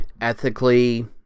ethically